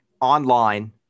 online